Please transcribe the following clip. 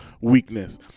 weakness